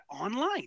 online